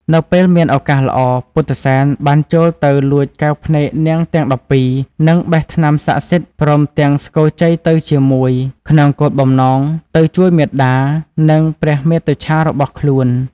នៅពេលមានឱកាសល្អ ពុទ្ធិសែនបានចូលទៅលួចកែវភ្នែកនាងទាំង១២ និងបេះថ្នាំស័ក្តិសិទ្ធិព្រមទាំងស្គរជ័យទៅជាមួយ ក្នុងគោលបំណងទៅជួយមាតា និងព្រះមាតុច្ឆារបស់ខ្លួន។